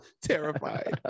Terrified